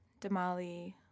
Damali